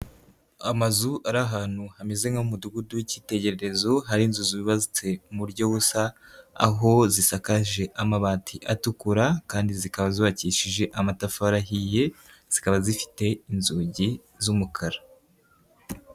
Amazu ari ahantu hameze nk'Umudugudu w'ikitegererezo hari inzu zubatse mu buryo busa aho zisakaje amabati atukura kandi zikaba zubakishije amatafari ahiye zikaba zifite inzugi z'umukara.